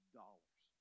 dollars